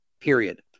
period